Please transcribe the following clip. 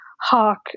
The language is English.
hawk